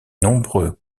nombreux